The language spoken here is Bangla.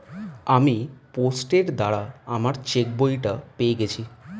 আমি পোস্টের দ্বারা আমার চেকবইটা পেয়ে গেছি